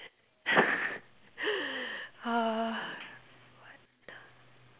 uh what the